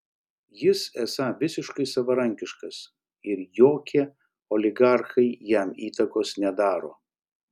jis esą visiškai savarankiškas ir jokie oligarchai jam įtakos nedaro